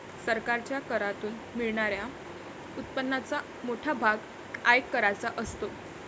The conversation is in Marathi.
सरकारच्या करातून मिळणाऱ्या उत्पन्नाचा मोठा भाग आयकराचा असतो